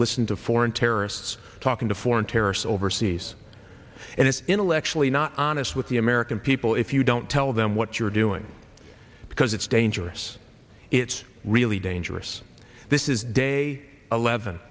listen to foreign terrorists talking to foreign terrorists overseas and it's intellectually not honest with the american people if you don't tell them what you're doing because it's dangerous it's really dangerous this is day eleven